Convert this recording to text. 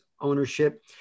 ownership